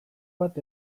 bat